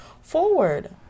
forward